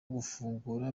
gufungura